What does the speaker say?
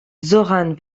zoran